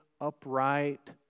upright